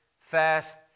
fast